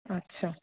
আচ্ছা